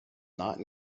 not